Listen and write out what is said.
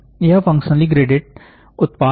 यह functionally graded उत्पाद है